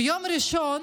ביום ראשון